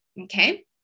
Okay